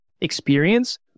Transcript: experience